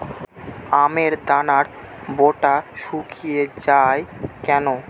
আমের দানার বোঁটা শুকিয়ে য়ায় কেন?